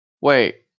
wait